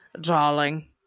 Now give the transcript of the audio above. Darling